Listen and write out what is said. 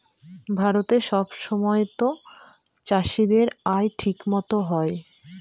ভারতে সব সময়তো চাষীদের আয় ঠিক মতো হয় না